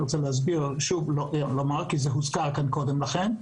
אני רוצה להסביר ולומר שוב כי זה הוזכר כאן קודם לכן,